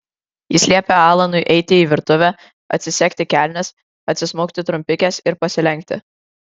jis liepė alanui eiti į virtuvę atsisegti kelnes atsismaukti trumpikes ir pasilenkti